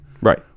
Right